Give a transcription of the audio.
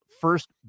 first